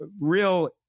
real